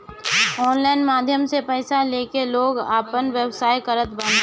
online माध्यम से पईसा लेके लोग आपन व्यवसाय करत बाने